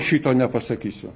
šito nepasakysiu